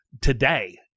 today